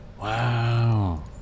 Wow